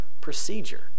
procedure